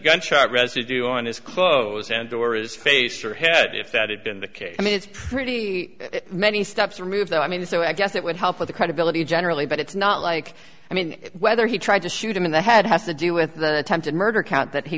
gunshot residue on his clothes and or is face your head if that had been the case i mean it's pretty many steps removed i mean so i guess that would help with the credibility generally but it's not like i mean whether he tried to shoot him in the head has to do with attempted murder count that he